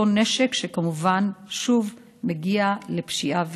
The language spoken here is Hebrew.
הנשק, אותו נשק שכמובן שוב מגיע לפשיעה וטרור.